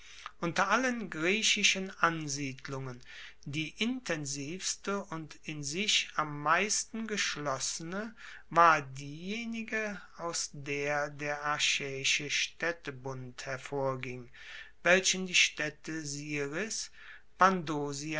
unter allen griechischen ansiedlungen die intensivste und in sich am meisten geschlossene war diejenige aus der der achaeische staedtebund hervorging welchen die staedte siris